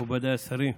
מכובדיי השרים,